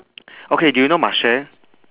okay do you know marche